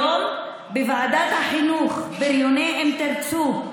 היום בוועדת החינוך בריוני "אם תרצו",